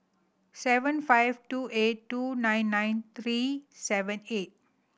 seven five two eight two nine nine three seven eight